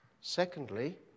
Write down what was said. Secondly